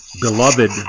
beloved